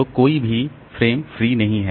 तो कोई भी फ्रेम फ्री नहीं है